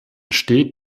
steht